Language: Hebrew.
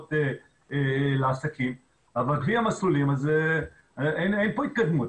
וחשובות לעסקים, אבל בלי המסלולים אין פה התקדמות.